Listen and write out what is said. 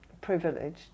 privileged